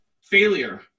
failure